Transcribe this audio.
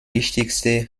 wichtigste